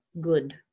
good